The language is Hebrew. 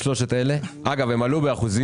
אגב, הם עלו ב-30%,